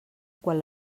quan